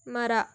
ಮರ